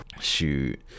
shoot